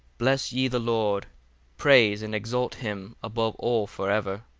bless ye the lord praise and exalt him above all for ever.